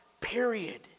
period